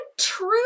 true